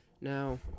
Now